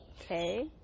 Okay